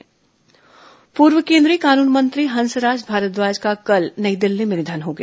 निधन पूर्व केंद्रीय कानून मंत्री हंसराज भारद्वाज का नई दिल्ली में निधन हो गया